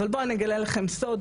אבל בואו אני אגלה לכן סוד,